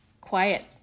quiet